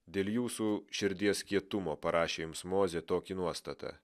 dėl jūsų širdies kietumo parašė jums mozė tokį nuostatą